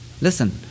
Listen